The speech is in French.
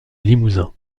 limousin